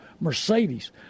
Mercedes